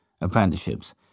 apprenticeships